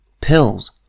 Pills